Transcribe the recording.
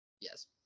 Yes